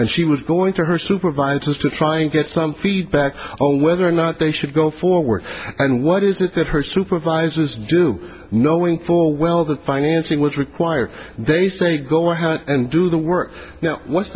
and she was going to her supervisors to try and get some feedback on whether or not they should go forward and what is it that her supervisors do knowing full well the financing was required they say go ahead and do the work now what's